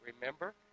Remember